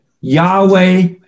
Yahweh